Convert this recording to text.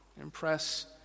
impress